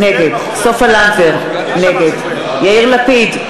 נגד סופה לנדבר, נגד יאיר לפיד,